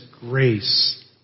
grace